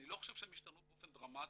אני לא חושב שהן השתנו באופן דרמטי.